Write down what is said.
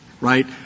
right